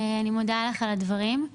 אני מודה לך על הדברים.